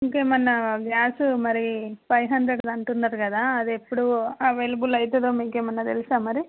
ఇంకేమన్నా గ్యాసు మరి five hundred అంటున్నారు కదా అది ఎప్పుడు అవైలబుల్ అవుతుందో మీకేమన్నా తెలుసా మరి